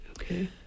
Okay